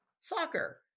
soccer